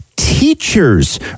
Teachers